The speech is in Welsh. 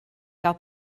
gael